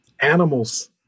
animals